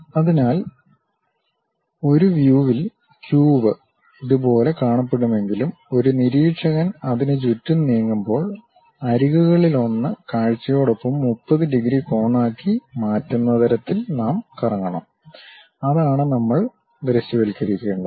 അതിനാൽ ഒരു വ്യൂവിൽ ക്യൂബ് ഇതുപോലെ കാണപ്പെടുമെങ്കിലും ഒരു നിരീക്ഷകൻ അതിനുചുറ്റും നീങ്ങുമ്പോൾ അരികുകളിലൊന്ന് കാഴ്ചയോടൊപ്പം 30 ഡിഗ്രി കോണാക്കി മാറ്റുന്ന തരത്തിൽ നാം കറങ്ങണം അതാണ് നമ്മൾ ദൃശ്യവൽക്കരിക്കേണ്ടത്